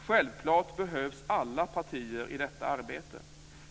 Självklart behövs alla partier i detta arbete.